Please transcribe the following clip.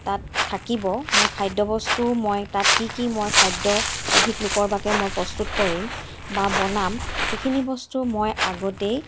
তাত থাকিব মোৰ খাদ্য বস্তু মই তাত কি কি মই খাদ্য অধিক লোকৰ বাবে মই প্ৰস্তুত কৰিম বা বনাম সেইখিনি বস্তু মই আগতেই